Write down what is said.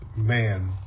man